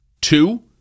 Two